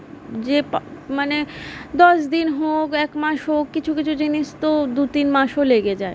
যে পা মানে দশ দিন হোক এক মাস হোক কিছু কিছু জিনিস তো দু তিন মাসও লেগে যায়